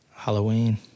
Halloween